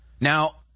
Now